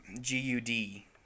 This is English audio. G-U-D